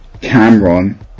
Cameron